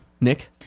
Nick